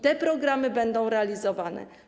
Te programy będą realizowane.